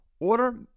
Order